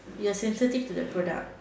you're sensitive to that product